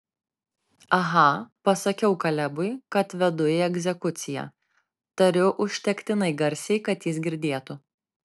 aha pasakiau kalebui kad vedu į egzekuciją tariu užtektinai garsiai kad jis girdėtų